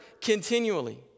continually